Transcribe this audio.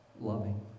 loving